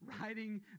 riding